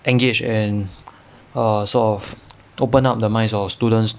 engage and err sort of open up the minds of students